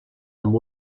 amb